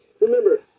remember